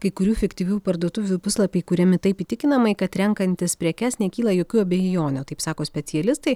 kai kurių fiktyvių parduotuvių puslapiai kuriami taip įtikinamai kad renkantis prekes nekyla jokių abejonių taip sako specialistai